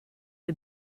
you